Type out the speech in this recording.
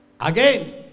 again